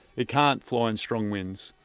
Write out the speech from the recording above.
it can't fly in strong winds.